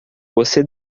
você